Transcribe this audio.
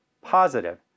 positive